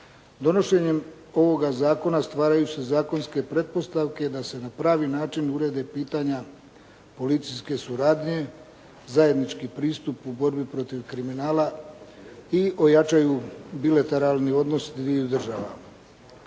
Donošenjem ovoga zakona stvaraju se zakonske pretpostavke da se na pravi način urede pitanja policijske suradnje, zajednički pristup u borbi protiv kriminala i ojačaju bilateralni odnosi dviju država.